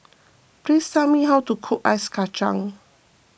please tell me how to cook Ice Kachang